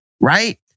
right